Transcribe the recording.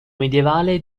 medievale